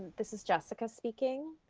this is jessica speaking.